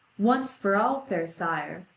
once for all, fair sire,